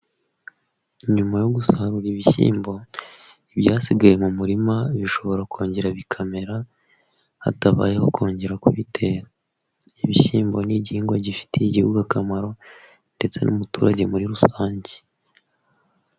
Nyuma yo gusarura ibishyimbo, ibyasigaye mu murima bishobora kongera bikamera, hatabayeho kongera kubitera. Ibishyimbo ni igihingwa gifitiye igihugu akamaro, ndetse n'umuturage muri rusange.